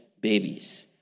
babies